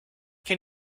can